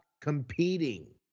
competing